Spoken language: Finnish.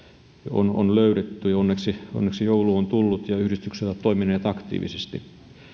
on on löydetty ja onneksi joulu on tullut ja yhdistykset ovat toimineet aktiivisesti